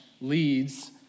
leads